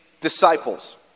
disciples